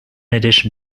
addition